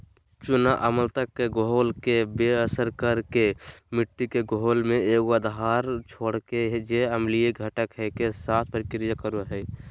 चूना अम्लता के घोल के बेअसर कर के मिट्टी के घोल में एगो आधार छोड़ हइ जे अम्लीय घटक, के साथ प्रतिक्रिया करो हइ